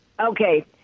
Okay